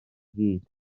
gyd